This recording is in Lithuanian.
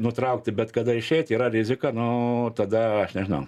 nutraukti bet kada išeit yra rizika nu tada aš nežinau